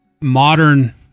modern